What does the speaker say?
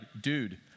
dude